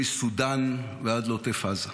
מסודן ועד לעוטף עזה.